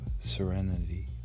serenity